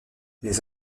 les